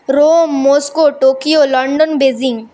Rome Moscow Tokyo London Beijing